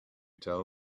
tell